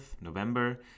November